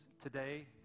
today